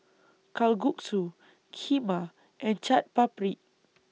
Kalguksu Kheema and Chaat Papri